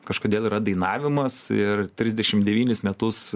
kažkodėl yra dainavimas ir trisdešimt devynis metus